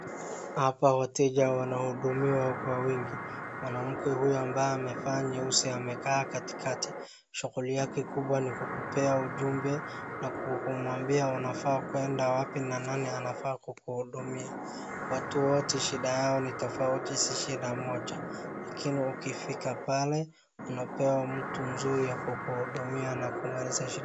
Hapa wateja wanahudumiwa kwa wingi mwanamke huyu ambaye amevaa nyeusi amekaa katikati. Shughuli yake kubwa ni kukupea ujumbe na kumwambia unafaa kwenda wapi na nani anafaa kukuhudumia. Watu wote shida yao ni tofauti si shida moja lakini ukifika pale unapewa mzuri ya kukuhudumia na kumaliza shida.